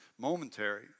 momentary